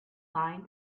find